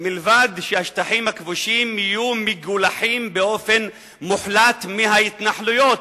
מלבד זו שהשטחים הכבושים יהיו מגולחים באופן מוחלט מההתנחלויות,